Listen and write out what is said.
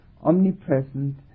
omnipresent